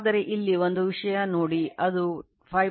ಆದರೆ ಇಲ್ಲಿ ಒಂದು ವಿಷಯ ನೋಡಿ ಅದು 5